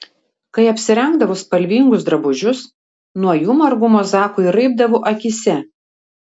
kai apsirengdavo spalvingus drabužius nuo jų margumo zakui raibdavo akyse